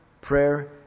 prayer